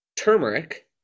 turmeric